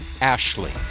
Ashley